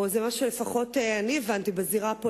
או לפחות זה מה שאני הבנתי,